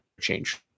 change